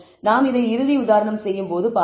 நாம் இதை இறுதி உதாரணம் செய்யும் போது பார்ப்போம்